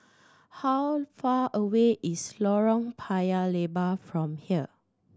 how far away is Lorong Paya Lebar from here